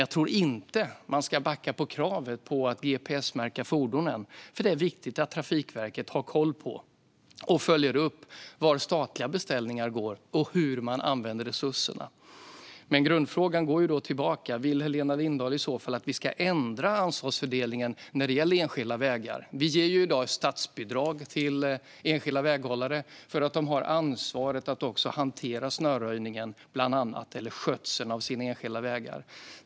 Jag tror dock inte att man ska backa på kravet att gps-märka fordonen, för det är viktigt att Trafikverket har koll på och följer upp var statliga beställningar går och hur man använder resurserna. Grundfrågan går då tillbaka: Vill Helena Lindahl i så fall att vi ska ändra ansvarsfördelningen när det gäller enskilda vägar? Vi ger i dag ett statsbidrag till enskilda väghållare för att de har ansvar bland annat för att hantera snöröjningen och skötseln av sina enskilda vägar.